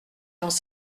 dans